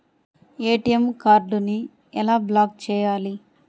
ATM కార్డుని ఎలా block చేయాలి?